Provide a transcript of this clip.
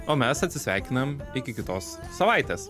o mes atsisveikinam iki kitos savaitės